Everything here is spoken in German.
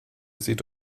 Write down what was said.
seht